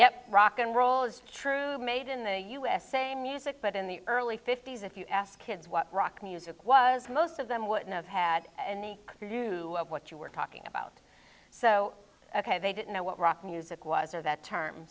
yep rock'n'roll is true made in the usa music but in the early fifty's if you ask kids what rock music was most of them wouldn't have had any clue what you were talking about so they didn't know what rock music was or that term